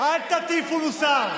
אל תטיפו מוסר.